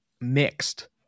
mixed